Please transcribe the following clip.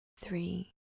three